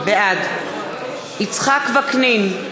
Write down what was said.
בעד יצחק וקנין,